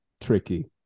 tricky